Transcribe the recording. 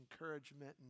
encouragement